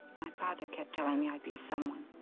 my father kept telling me i'd be someone.